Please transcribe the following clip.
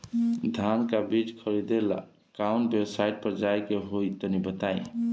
धान का बीज खरीदे ला काउन वेबसाइट पर जाए के होई तनि बताई?